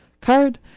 card